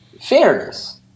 Fairness